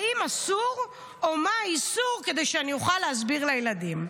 האם אסור או מה האיסור כדי שאני אוכל להסביר לילדים.